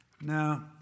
Now